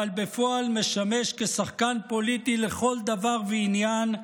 אבל בפועל משמש כשחקן פוליטי לכל דבר ועניין,